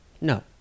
no